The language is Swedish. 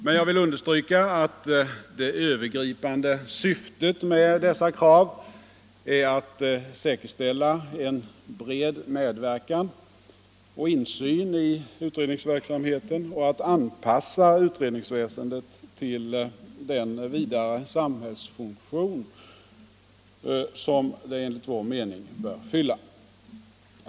Men jag vill understryka att det övergripande syftet med dessa krav är att säkerställa en bred medverkan och insyn i utredningsverksamheten och att anpassa utredningsväsendet till den vidare samhällsfunktion som detta enligt vår mening bör fylla.